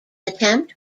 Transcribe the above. attempt